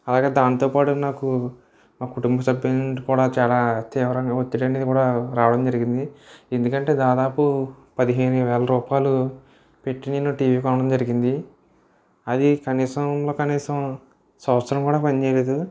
అలాగే దాంతోపాటు నాకు మా కుటుంబ సభ్యులు నుంచి కూడా చాలా తీవ్రంగా ఒత్తిడి అనేది కూడా రావడం జరిగింది ఎందుకంటే దాదాపు పదిహేను వేల రూపాయలు పెట్టి నేను టీవీ కొనడం జరిగింది అది కనీసంలో కనీసం సంవత్సరం కూడా పని చేయలేదు